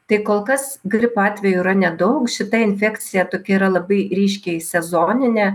tai kol kas gripo atvejų yra nedaug šita infekcija toki yra labai ryškiai sezoninė